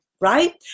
right